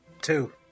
Two